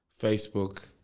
Facebook